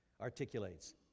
articulates